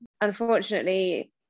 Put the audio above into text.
Unfortunately